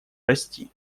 расти